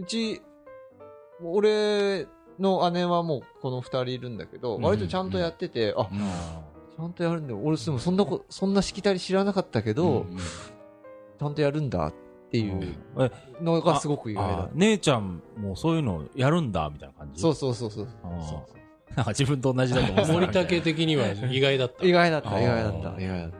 うち、俺の姉はもうこの二人いるんだけど、割とちゃんとやってて、うんうんうんうん。あ、うんうんうん。ちゃんとやるんだよ。俺でもそんなこ- そんなしきたり知らなかったけど、うんうんうん。ちゃんとやるんだっていううん。え、のがすごく意外だった。あ、あ、姉ちゃんもそういうのやるんだ、みたいな感じ？そうそうそうそうそう。ああ。そうそうそう。 なんか自分と同じだと思ってたみたいな。森竹的には意外だった。意外だった、意外だった、意外だった。